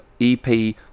EP